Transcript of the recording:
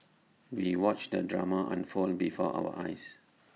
we watched the drama unfold before our eyes